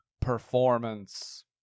Performance